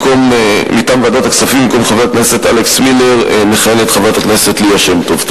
במקום חבר הכנסת אלכס מילר מכהנת חברת הכנסת ליה שמטוב.